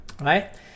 right